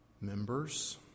Members